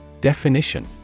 Definition